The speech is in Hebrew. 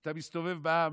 אתה מסתובב בעם,